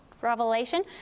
Revelation